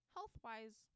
Health-wise